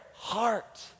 heart